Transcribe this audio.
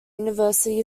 university